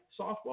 softball